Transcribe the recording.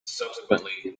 subsequently